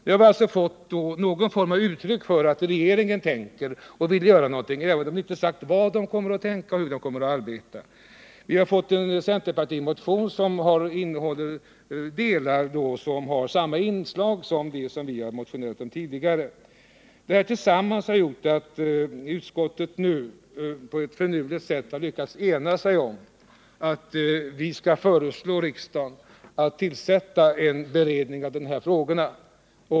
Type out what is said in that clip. Nu har vi alltså fått någon form av uttryck för att regeringen tänker och vill göra någonting, även om det inte är sagt vad regeringen kommer att tänka och hur den kommer att arbeta. Vi har också fått en centerpartimotion med inslag av det som vi motionerat om tidigare. Detta tillsammans har gjort att utskottet nu på ett finurligt sätt lyckats ena sig om att vi skall föreslå riksdagen att tillsätta en beredning för dessa frågor.